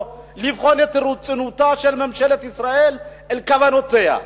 לבחון את רצינותה של ממשלת ישראל ואת כוונותיה.